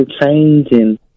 changing